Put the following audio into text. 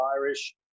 Irish